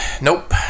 Nope